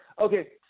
Okay